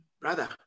Brother